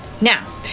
Now